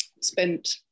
spent